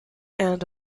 and